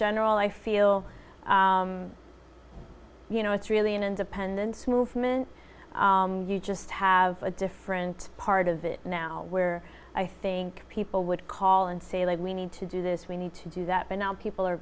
general i feel you know it's really an independence movement you just have a different part of it now where i think people would call and say we need to do this we need to do that and now people are